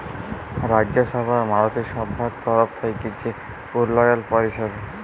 রাজ্যসভার মলত্রিসভার তরফ থ্যাইকে যে উল্ল্যয়ল পরিষেবা